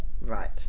Right